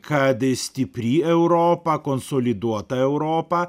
kad stipri europa konsoliduota europa